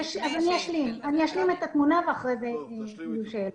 אשלים את התמונה ואחר כך אשיב לשאלות.